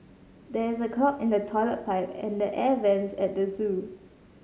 there is a clog in the toilet pipe and the air vents at the zoo